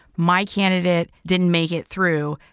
my candidate didn't make it through.